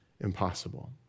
impossible